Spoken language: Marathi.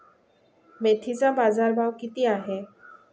मेथीचा बाजारभाव किती आहे?